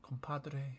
Compadre